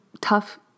tough